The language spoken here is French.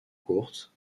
courte